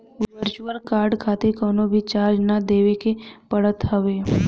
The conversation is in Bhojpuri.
वर्चुअल कार्ड खातिर कवनो भी चार्ज ना देवे के पड़त हवे